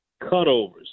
cutovers